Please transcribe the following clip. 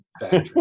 factory